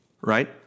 Right